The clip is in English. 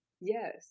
Yes